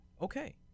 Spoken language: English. okay